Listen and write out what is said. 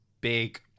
big